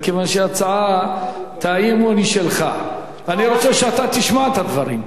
מכיוון שהצעת האי-אמון היא שלך ואני רוצה שאתה תשמע את הדברים.